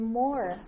more